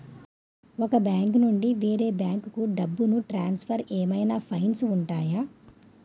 ఒక బ్యాంకు నుండి వేరే బ్యాంకుకు డబ్బును ట్రాన్సఫర్ ఏవైనా ఫైన్స్ ఉంటాయా?